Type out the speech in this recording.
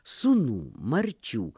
sūnų marčių